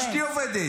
וגם אשתי עובדת.